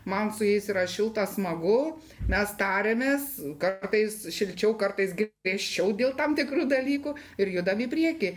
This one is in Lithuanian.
man su jais yra šilta smagu mes tariamės kartais šilčiau kartais gi griežčiau dėl tam tikrų dalykų ir judam į priekį